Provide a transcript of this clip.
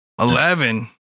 Eleven